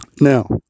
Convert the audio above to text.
Now